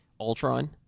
Ultron